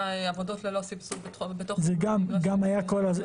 עבודות ללא סבסוד בתוך זה --- זה גם היה כל הזמן.